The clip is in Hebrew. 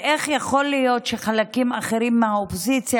איך יכול להיות שהחלקים האחרים מהאופוזיציה